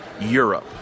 Europe